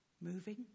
moving